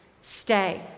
Stay